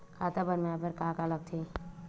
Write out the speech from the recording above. खाता बनवाय बर का का लगथे?